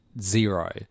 zero